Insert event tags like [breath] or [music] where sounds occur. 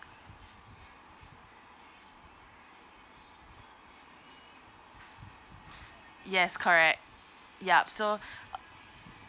yes correct yup so [breath] uh